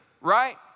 right